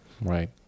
Right